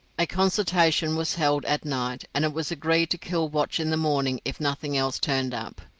a consultation was held at night, and it was agreed to kill watch in the morning if nothing else turned up,